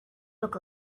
look